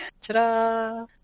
Ta-da